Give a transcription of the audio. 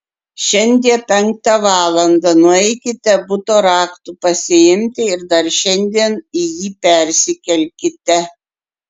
šiandie penktą valandą nueikite buto raktų pasiimti ir dar šiandien į jį persikelkite